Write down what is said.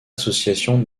association